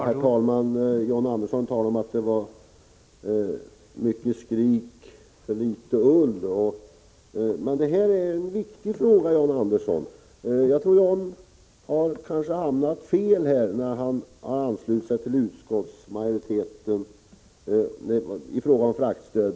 Herr talman! John Andersson säger att det är mycket väsen för litet ull. Men detta är en viktig fråga. John Andersson har kanske hamnat fel när han anslutit sig till utskottsmajoriteten i fråga om fraktstödet.